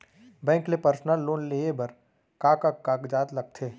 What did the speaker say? Bank ले personal loan लेये बर का का कागजात ह लगथे?